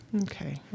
Okay